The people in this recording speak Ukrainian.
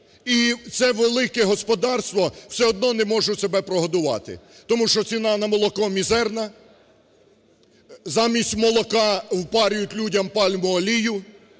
і це велике господарство все одно не може себе прогодувати, тому що ціна на молоко мізерна, замість молока впарюють людям пальмову олію.